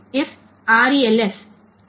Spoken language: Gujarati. તેથી તે કરશે